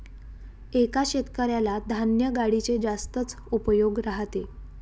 एका शेतकऱ्याला धान्य गाडीचे जास्तच उपयोग राहते